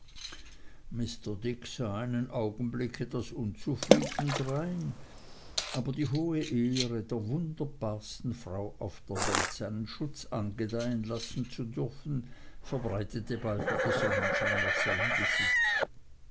mr dick sah einen augenblick etwas unzufrieden drein aber die hohe ehre der wunderbarsten frau auf der welt seinen schutz angedeihen lassen zu dürfen verbreitete bald wieder sonnenschein auf seinem gesicht